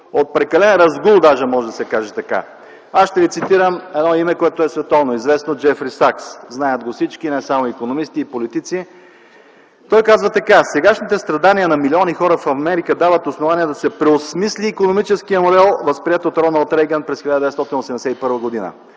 от прекален разгул - даже може да се каже така. Аз ще ви цитирам едно име, което е световно известно – Джефри Сакс, всички го знаят – не само икономисти, но и политици. Той казва така: „Сегашните страдания на милиони хора в Америка дават основание да се преосмисли икономическият модел, възприет от Роналд Рейгън през 1981 г.